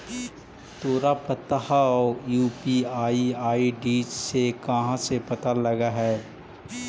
तोरा पता हउ, यू.पी.आई आई.डी के कहाँ से पता लगऽ हइ?